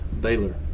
Baylor